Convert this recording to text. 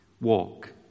Walk